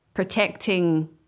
protecting